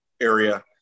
area